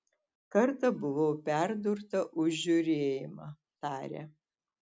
kartą buvau perdurta už žiūrėjimą tarė